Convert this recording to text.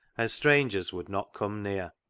and strangers would not come near.